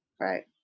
right